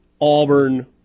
Auburn